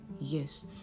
yes